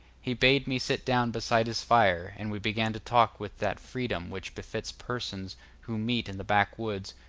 he bade me sit down beside his fire, and we began to talk with that freedom which befits persons who meet in the backwoods,